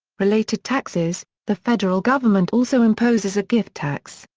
related taxes the federal government also imposes a gift tax,